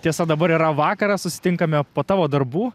tiesa dabar yra vakaras susitinkame po tavo darbų